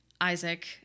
Isaac